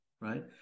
right